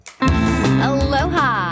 Aloha